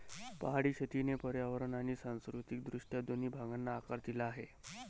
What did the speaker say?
पहाडी शेतीने पर्यावरण आणि सांस्कृतिक दृष्ट्या दोन्ही भागांना आकार दिला आहे